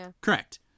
Correct